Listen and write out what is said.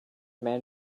man